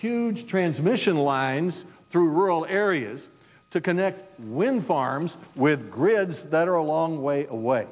huge transmission lines through rural areas to connect wind farms with grids that are a long way away